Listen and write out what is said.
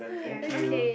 thank you